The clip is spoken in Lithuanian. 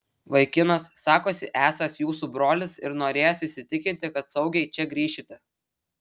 vaikinas sakosi esąs jūsų brolis ir norėjęs įsitikinti kad saugiai čia grįšite